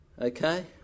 Okay